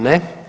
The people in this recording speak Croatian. Ne.